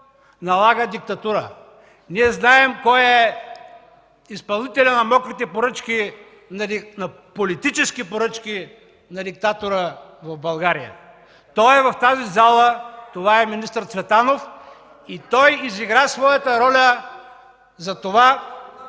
налага диктатура. Ние знаем кой е изпълнителят на политическите мокри поръчки на диктатора в България. Той е в тази зала. Това е министър Цветанов и той изигра своята роля за това